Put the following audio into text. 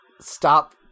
Stop